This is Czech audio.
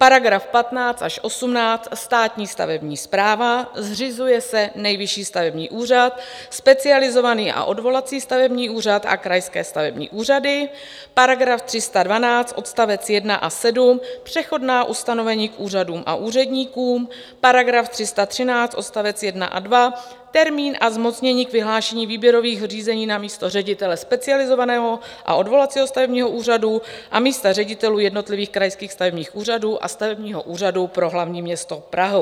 § 15 až 18 státní stavební správa, zřizuje se Nejvyšší stavební úřad, Specializovaný a odvolací stavební úřad a krajské stavební úřady, § 312 odst. 1 a 7, přechodná ustanovení k úřadům a úředníkům, § 313 odst. 1 a 2, termín a zmocnění k vyhlášení výběrových řízení na místo ředitele Specializovaného a odvolacího stavebního úřadu a místa ředitelů jednotlivých krajských stavebních úřadů a Stavebního úřadu pro hlavní město Prahu.